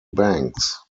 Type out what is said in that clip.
banks